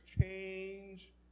change